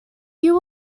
you